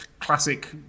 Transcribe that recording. classic